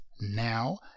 now